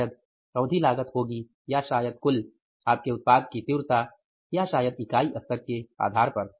तो उस तरह से कुल लागत शायद अवधि लागत होगी या शायद कुल आपके उत्पाद की तीव्रता या शायद इकाई स्तर के आधार पर